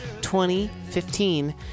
2015